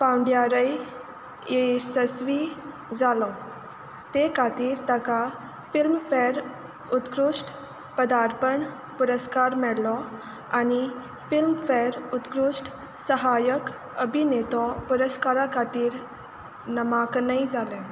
पांवड्यारय येशस्वी जालो ते खातीर ताका फिल्मफॅर उत्कृश्ट पदार्पण पुरस्कार मेळ्ळो आनी फिल्मफॅर उत्कृश्ट सहाय्यक अभिनेतो पुरस्कारा खातीर नामंकनूय जालें